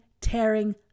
tearing